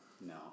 no